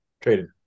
Traded